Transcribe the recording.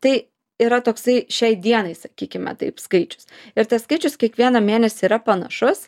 tai yra toksai šiai dienai sakykime taip skaičius ir tas skaičius kiekvieną mėnesį yra panašus